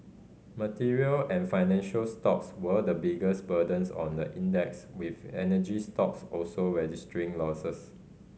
material and financial stocks were the biggest burdens on the index with energy stocks also registering losses